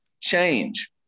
change